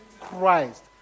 Christ